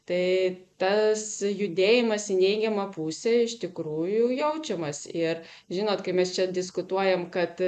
tai tas judėjimas į neigiamą pusę iš tikrųjų jaučiamas ir žinot kai mes čia diskutuojam kad